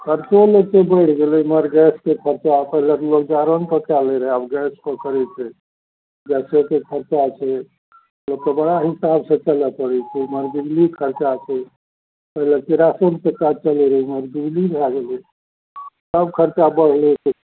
खरचो लोकके बढ़ि गेलै एमहर गैसके खरचा पहिले तऽ लोक जारनिपर कै लै रहै आब गैसपर करै छै गैसेके खरचा छै लोकके बड़ा हिसाबसे चलै पड़ै छै एमहर बिजलीके खरचा छै पहिले किरासनसे काज चलै रहै एमहर बिजली भए गेलै सब खरचा बढ़ले छै